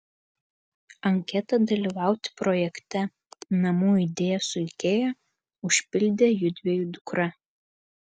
anketą dalyvauti projekte namų idėja su ikea užpildė judviejų dukra